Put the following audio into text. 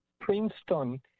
Princeton